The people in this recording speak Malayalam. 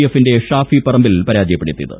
എഫിന്റെ ഷാഫി പറമ്പിൽ പരാജയപ്പെടുത്തിയത്